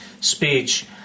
speech